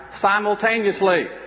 simultaneously